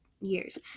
years